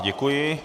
Děkuji.